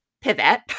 pivot